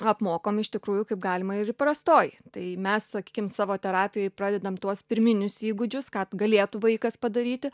apmokom iš tikrųjų kaip galima ir įprastoj tai mes sakykim savo terapijoj pradedam tuos pirminius įgūdžius ką galėtų vaikas padaryti